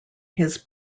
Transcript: his